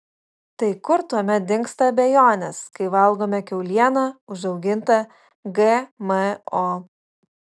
tai kur tuomet dingsta abejonės kai valgome kiaulieną užaugintą gmo